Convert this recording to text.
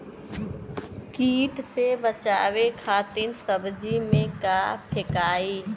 कीट से बचावे खातिन सब्जी में का फेकाई?